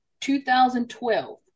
2012